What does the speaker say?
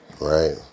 right